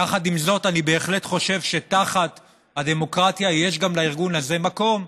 יחד עם זאת אני בהחלט חושב שתחת הדמוקרטיה יש גם לארגון הזה מקום,